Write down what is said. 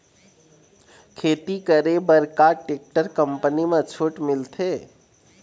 खेती करे बर का टेक्टर कंपनी म छूट मिलथे?